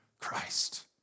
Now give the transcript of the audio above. Christ